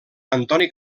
antoni